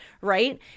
Right